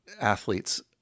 athletes –